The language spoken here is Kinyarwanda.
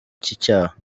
cyaha